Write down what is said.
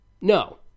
No